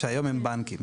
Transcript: שהיום הם בנקים.